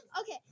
Okay